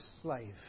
slave